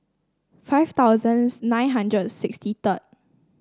five thousand nine hundred sixty third